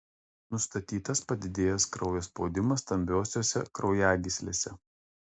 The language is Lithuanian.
nustatytas padidėjęs kraujo spaudimas stambiosiose kraujagyslėse